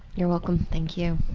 you're welcome. thank you.